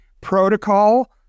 protocol